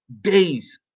days